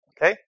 Okay